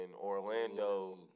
Orlando